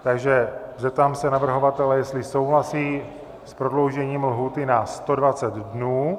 Takže zeptám se navrhovatele, jestli souhlasí s prodloužením lhůty na 120 dnů.